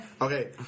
Okay